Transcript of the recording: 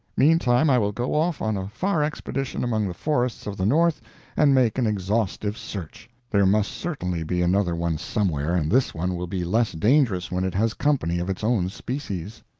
meantime i will go off on a far expedition among the forests of the north and make an exhaustive search. there must certainly be another one somewhere, and this one will be less dangerous when it has company of its own species.